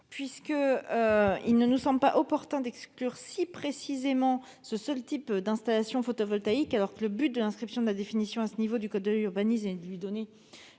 Il ne nous semble pas opportun d'exclure si précisément ce seul type d'installation photovoltaïque, alors que le but de l'inscription de la définition à ce niveau du code de l'urbanisme est de lui donner